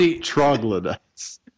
troglodytes